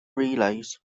relays